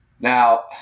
now